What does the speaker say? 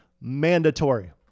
mandatory